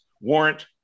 Warrant